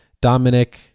Dominic